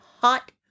hot